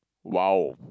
!wow!